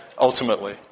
ultimately